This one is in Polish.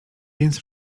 więc